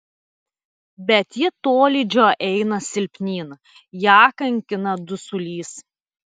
bet ji tolydžio eina silpnyn ją kankina dusulys